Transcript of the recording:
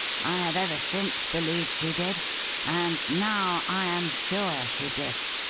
i have ever since believed she did and now i am sure she did.